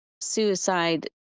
Suicide